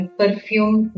perfume